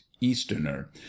easterner